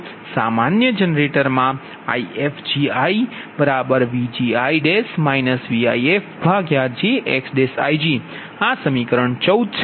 સામાન્ય જનરેટર માં Ifgi Vgi Vifjxgi આ સમીકરણ 14 છે